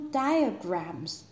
diagrams